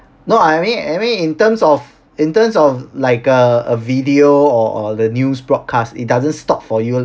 no I mean I mean in terms of in terms of like uh a video or uh the news broadcast it doesn't stop for you